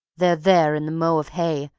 they're there in the mow of hay,